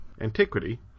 Antiquity